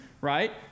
right